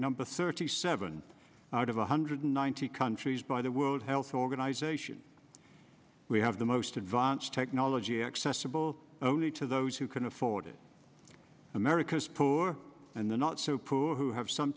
number thirty seven out of one hundred ninety countries by the world health organization we have the most advanced technology accessible only to those who can afford it america's poor and the not so poor who have some